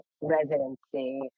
residency